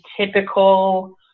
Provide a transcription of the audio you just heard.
typical